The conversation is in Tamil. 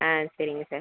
ஆ சரிங்க சார்